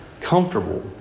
Comfortable